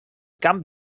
camp